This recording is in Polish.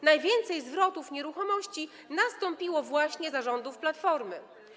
Najwięcej zwrotów nieruchomości nastąpiło właśnie za rządów Platformy.